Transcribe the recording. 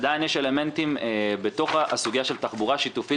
עדיין יש אלמנטים בתוך הסוגיה של תחבורה שיתופית